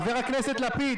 חבר הכנסת לפיד,